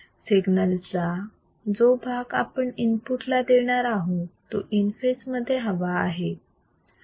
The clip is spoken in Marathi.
सिग्नल चा जो भाग आपण इनपुट ला देणार आहोत तो इन फेज मध्ये हवा आहे